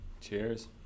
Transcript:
Cheers